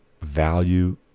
value